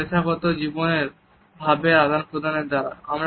আমাদের পেশাগত জীবনের ভাবের আদান প্রদানের দ্বারা